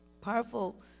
powerful